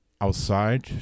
outside